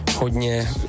hodně